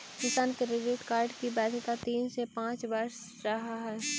किसान credit card की वैधता तीन से पांच वर्ष रहअ हई